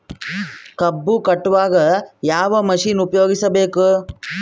ಕಬ್ಬು ಕಟಾವಗ ಯಾವ ಮಷಿನ್ ಉಪಯೋಗಿಸಬೇಕು?